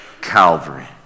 Calvary